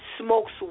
Smokes